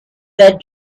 that